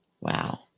Wow